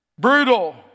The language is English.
Brutal